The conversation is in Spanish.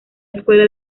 escuela